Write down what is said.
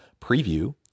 preview